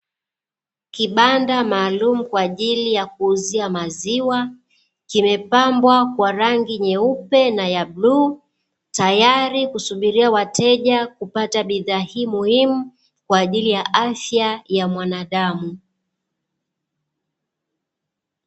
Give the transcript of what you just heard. Kibanda maalumu kwa ajili ya kuuzia maziwa, kimepambwa kwa rangi nyeupe na ya bluu tayari kusubiria wateja kupata bidhaa hii muhimu kwa ajili ya afya ya mwanadamu.